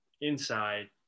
inside